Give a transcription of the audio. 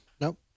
Nope